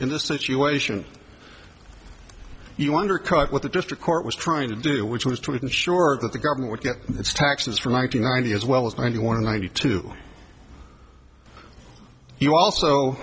in this situation you wonder what the district court was trying to do which was to ensure that the government would get its taxes for ninety ninety as well as ninety one ninety two you also